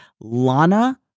Lana